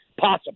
possible